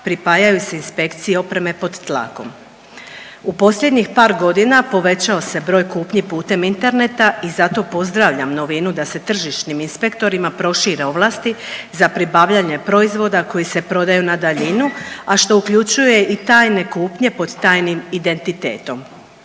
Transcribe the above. pripajaju se inspekciji opreme pod tlakom. U posljednjih par godina povećao se broj kupnji putem interneta i zato pozdravljam novinu da se tržišnim inspektorima prošire ovlasti za pribavljanje proizvoda koji se prodaju na daljinu, a što uključuje i tajne kupnje pod tajnim identitetom.